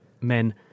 men